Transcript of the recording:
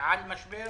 על משבר